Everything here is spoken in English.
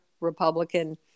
Republican